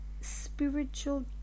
spiritual